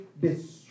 destroy